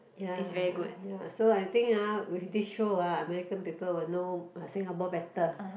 ya ya so I think ah with this show ah American people will know ah Singapore better